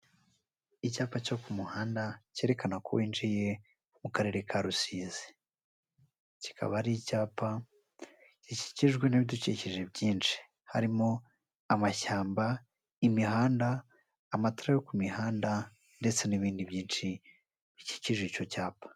Icyapa cyo ku muhanda cyerekana ko winjiye mu karere ka Rusizi, kikaba ari icyapa gikikijwe n'ibidukikije byinshi harimo amashyamba, imihanda, amatara yo ku mihanda ndetse n'ibindi byinshi bikikije icyo cyapa.